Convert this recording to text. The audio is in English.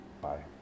Bye